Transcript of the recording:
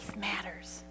matters